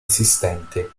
esistente